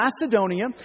Macedonia